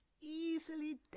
easily